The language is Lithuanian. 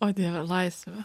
o dieve laisvė